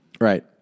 Right